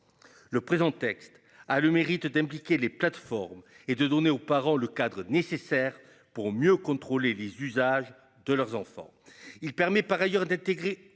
le présent texte a le mérite d'impliquer les plateformes et de donner aux parents le cadre nécessaire pour mieux contrôler les usages de leurs enfants. Il permet par ailleurs d'intégrer